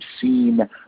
seen